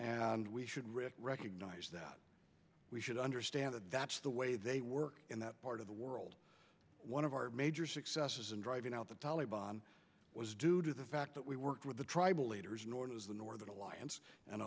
and we should rick recognize that we should understand that that's the way they work in that part of the world one of our major successes in driving out the taliban was due to the fact that we worked with the tribal leaders nor was the northern alliance and